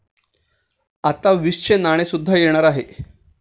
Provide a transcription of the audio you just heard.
आता वीसचे नाणे सुद्धा येणार आहे